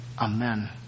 amen